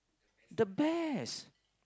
the best